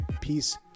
Peace